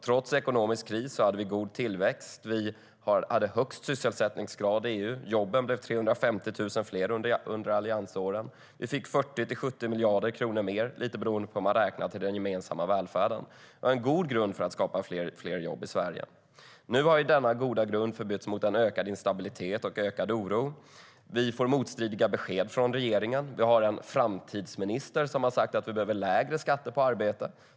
Trots ekonomisk kris hade vi god tillväxt. Vi hade högst sysselsättningsgrad i EU, och jobben blev 350 000 fler under alliansåren. Vi fick 40-70 miljarder kronor mer, lite beroende på hur man räknar, till den gemensamma välfärden. Det var en god grund för att skapa fler jobb i Sverige.Nu har denna goda grund förbytts mot en ökad instabilitet och ökad oro. Vi får motstridiga besked från regeringen. Vi har en framtidsminister som har sagt att vi behöver lägre skatter på arbete.